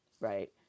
right